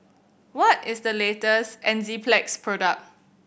what is the latest Enzyplex product